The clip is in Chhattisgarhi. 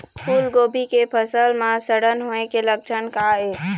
फूलगोभी के फसल म सड़न होय के लक्षण का ये?